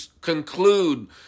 conclude